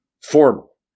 formal